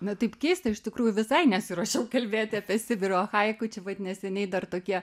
na taip keista iš tikrųjų visai nesiruošiau kalbėti apie sibiro haiku čia vat neseniai dar tokie